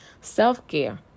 self-care